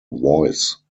voice